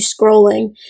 scrolling